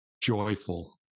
joyful